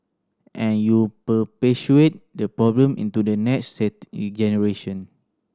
and you perpetuate the problem into the next set generation